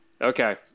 Okay